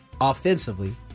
offensively